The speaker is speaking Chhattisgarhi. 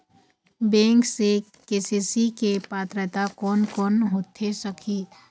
बैंक से के.सी.सी के पात्रता कोन कौन होथे सकही?